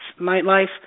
nightlife